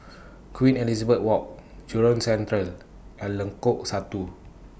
Queen Elizabeth Walk Jurong Central and Lengkong Satu